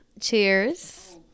cheers